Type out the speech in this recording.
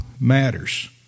matters